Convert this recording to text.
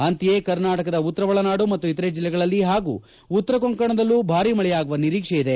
ಅಂತೆಯೇ ಕರ್ನಾಟಕದ ಉತ್ತರ ಒಳನಾಡು ಮತ್ತು ಇತರೆ ಜಿಲ್ಲೆಗಳಲ್ಲಿ ಹಾಗೂ ಉತ್ತರ ಕೊಂಕಣದಲ್ಲೂ ಭಾರಿ ಮಳೆಯಾಗುವ ನಿರೀಕ್ಷೆ ಇದೆ